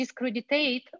discreditate